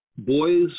Boys